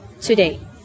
today